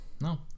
No